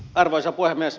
arvoisa puhemies